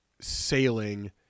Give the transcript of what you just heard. sailing